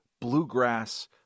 bluegrass